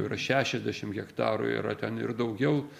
yra šešiasdešimt hektarų yra ten ir daugiau